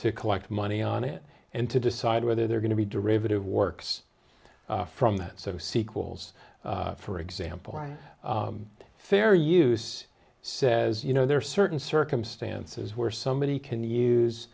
to collect money on it and to decide whether they're going to be derivative works from that so sequels for example fair use says you know there are certain circumstances where somebody can use